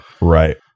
Right